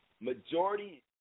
majority